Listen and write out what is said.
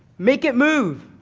make it move.